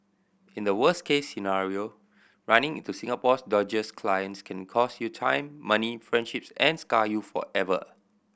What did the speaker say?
in the worst case scenario running into Singapore's dodgiest clients can cost you time money friendships and scar you forever